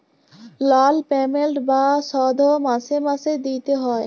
লল পেমেল্ট বা শধ মাসে মাসে দিইতে হ্যয়